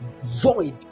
void